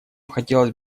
хотелось